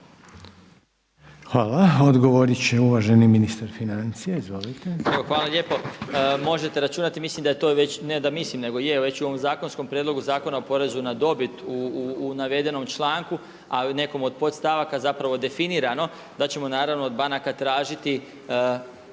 Hvala. Odgovoriti će uvaženi ministar financija. Izvolite. **Marić, Zdravko** Evo hvala lijepo. Možete računati, mislim da je to već, ne da mislim nego je već u ovom zakonskom prijedlogu Zakona o porezu na dobit u navedenom članku a u nekom od podstavaka zapravo definirano da ćemo naravno od banaka tražiti